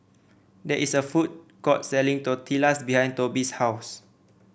there is a food court selling Tortillas behind Toby's house